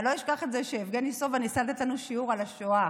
אני לא אשכח את זה שיבגני סובה ניסה לתת לנו שיעור על השואה,